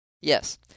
Yes